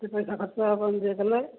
କେତେ ପଇସା ଖର୍ଚ୍ଚ ହବ ଏମ୍ ବି ଏ କଲେ